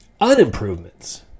unimprovements